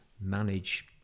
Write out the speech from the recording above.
manage